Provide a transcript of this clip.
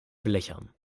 blechern